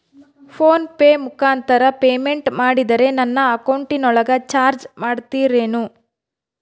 Phone pay ಮುಖಾಂತರ payment ಮಾಡಿದರೆ ನನ್ನ ಅಕೌಂಟಿನೊಳಗ ಚಾರ್ಜ್ ಮಾಡ್ತಿರೇನು?